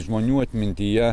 žmonių atmintyje